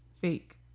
fake